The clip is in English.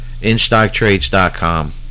InStockTrades.com